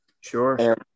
Sure